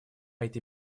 этой